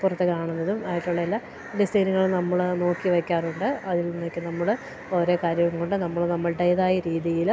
പുറത്ത് കാണുന്നതും ആയിട്ടുള്ള എല്ലാ ഡിസൈനുകും നമ്മൾ നോക്കി വയ്ക്കാറുണ്ട് അതിൽ നോക്കി നമ്മൾ ഓരോ കാര്യം കൊണ്ട് നമ്മൾ നമ്മളുടേതായ രീതിയിൽ